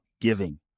giving